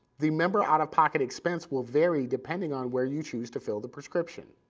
the member out-of-pocket expense will vary depending on where you choose to fill the prescription.